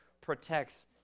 protects